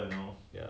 yes